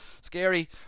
scary